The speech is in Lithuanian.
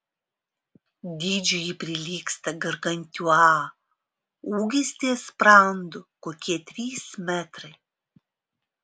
dydžiu ji prilygsta gargantiua ūgis ties sprandu kokie trys metrai